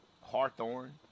Hawthorne